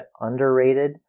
underrated